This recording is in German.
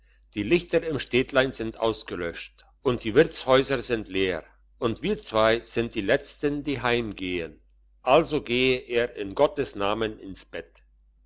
die lichter im städtlein sind ausgelöscht und die wirtshäuser sind leer und wir zwei sind die letzten die heimgehen also gehe er in gottes namen ins bett